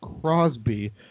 Crosby